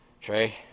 Trey